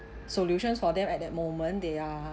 solutions for them at that moment they are